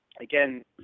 again